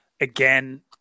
Again